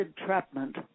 entrapment